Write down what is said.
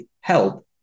help